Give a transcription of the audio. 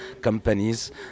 companies